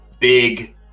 big